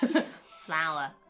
Flower